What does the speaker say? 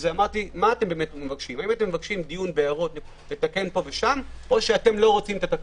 מה אתם באמת מבקשים לתקן פה ושם או אתם לא רוצים את התקנות?